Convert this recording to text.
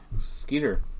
Skeeter